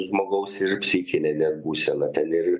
žmogaus ir psichinę net būseną ten ir